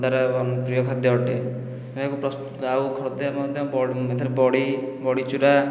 ଖୋର୍ଦ୍ଧାର ପ୍ରିୟ ଖାଦ୍ୟ ଅଟେ ଆଉ ଖୋର୍ଦ୍ଧାରେ ମଧ୍ୟ ଏଥିରେ ବଡ଼ି ବଡ଼ି ଚୁରା